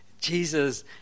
Jesus